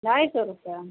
ढाई सौ रुपये